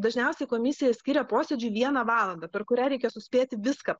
dažniausiai komisija skiria posėdžiui vieną valandą per kurią reikia suspėti viską